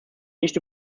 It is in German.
nicht